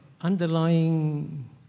underlying